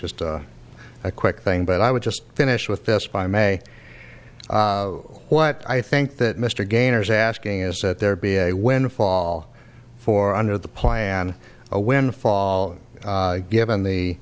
just a quick thing but i would just finish with this by may what i think that mr gainers asking is that there be a windfall for under the plan a windfall given the